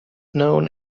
known